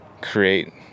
create